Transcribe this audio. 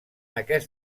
aquest